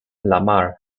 lamar